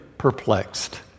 perplexed